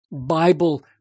Bible